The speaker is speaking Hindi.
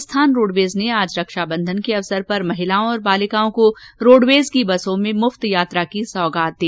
राजस्थान रोडवेज ने आज रक्षाबंधन के अवसर पर महिलाओं और बालिकाओं को रोडवेज की बसों में मुफ्त यात्रा की सौगात दी